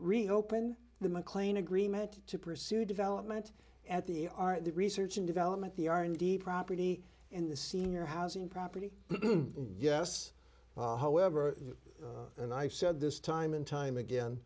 reopen the mclean agreement to pursue development at the art the research and development the r and d property in the senior housing property yes however and i've said this time and time again